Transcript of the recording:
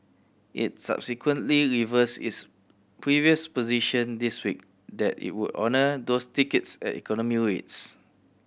it subsequently reversed its previous position this week that it would honour those tickets at economy rates